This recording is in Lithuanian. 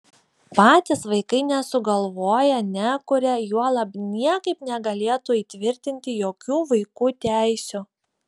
patys vaikai nesugalvoja nekuria juolab niekaip negalėtų įtvirtinti jokių vaikų teisių